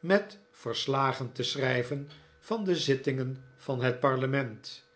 met verslagen te schrijven van de zittingen van het parlement